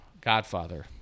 godfather